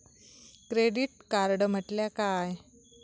Credit card म्हटल्या काय?